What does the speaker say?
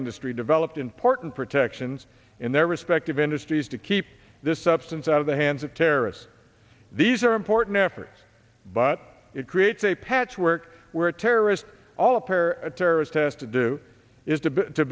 industry developed important protections in their respective industries to keep this substance out of the hands of terrorists these are important efforts but it creates a patchwork where terrorists all appear a terrorist has to do is to to